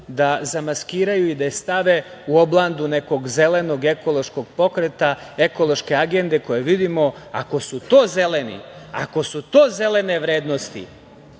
da zamaskiraju i da je stave u oblandu nekog zelenog ekološkog pokreta, ekološke agende koju vidimo. Ako su to zeleni, ako su to zelene vrednosti,